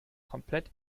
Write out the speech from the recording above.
komplett